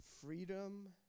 freedom